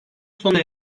sona